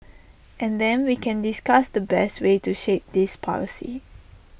and then we can discuss the best way to shape this policy